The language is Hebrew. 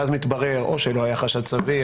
ואז מתברר או שלא היה חשד סביר